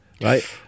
right